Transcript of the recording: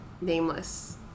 nameless